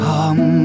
Come